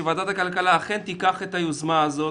שוועדת הכלכלה אכן תיקח את היוזמה הזאת.